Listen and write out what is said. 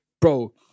Bro